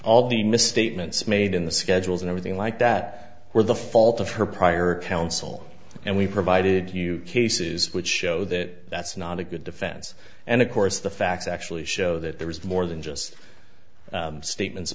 all the misstatements made in the schedules and everything like that were the fault of her prior counsel and we provided you cases which show that that's not a good defense and of course the facts actually show that there was more than just statements